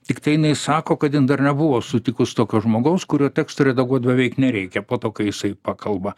tiktai jinai sako kad jin dar nebuvo sutikus tokio žmogaus kurio teksto redaguot beveik nereikia po to kai jisai pakalba